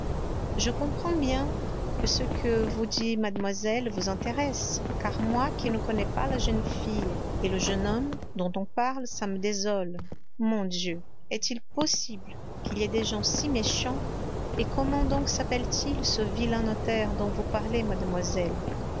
je comprends bien que ce que vous dit mademoiselle vous intéresse car moi qui ne connais pas la jeune fille et le jeune homme dont on parle ça me désole mon dieu est-il possible qu'il y ait des gens si méchants et comment donc s'appelle-t-il ce vilain notaire dont vous parlez mademoiselle